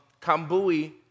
Kambui